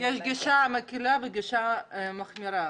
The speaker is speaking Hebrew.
גישה מקלה ויש גישה מחמירה.